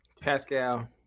Pascal